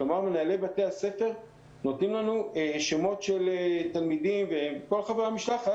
מנהלי בתי הספר נותנים לנו רשימות של תלמידי ושל כל חברי המשלחת